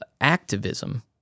activism